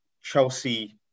Chelsea